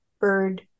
bird